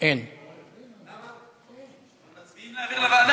לכן אני מבקש להצביע לפי הסיכום